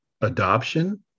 adoption